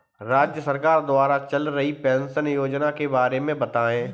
राज्य सरकार द्वारा चल रही पेंशन योजना के बारे में बताएँ?